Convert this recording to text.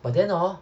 but then hor